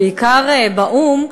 בעיקר באו"ם,